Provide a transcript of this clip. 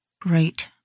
Great